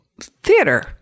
theater